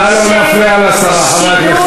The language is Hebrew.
נא לא להפריע לשרה, חברי הכנסת.